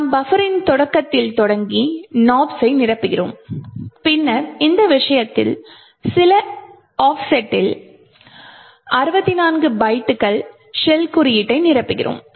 நாம் பஃபரின் தொடக்கத்தில் தொடங்கி nops ஸை நிரப்புகிறோம் பின்னர் இந்த விஷயத்தில் சில ஆஃப்செட்டில் 64 பைட்டுகள் ஷெல் குறியீட்டை நிரப்புகிறோம்